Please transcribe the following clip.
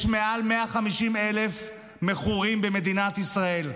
יש מעל 150,000 מכורים במדינת ישראל.